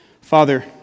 Father